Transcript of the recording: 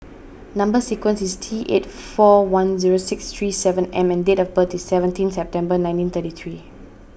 Number Sequence is T eight four one zero six three seven M and date of birth is seventeen September nineteen thirty three